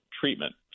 treatment